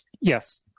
Yes